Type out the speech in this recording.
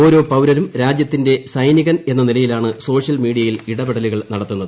ഓരോ പൌരനും രാജ്യത്തിന്റെ സൈനികൻ എന്ന നിലയിലാണ് സോഷ്യൽ മീഡിയയിൽ ഇടപെടലുകൾ നടത്തുന്നത്